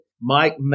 Mike